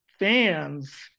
fans